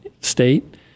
state